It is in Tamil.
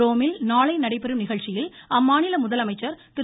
ரோமில் நாளை நடைபெறும் நிகழ்ச்சியில் அம்மாநில முதலமைச்சர் திரு